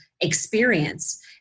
experience